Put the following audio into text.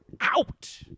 out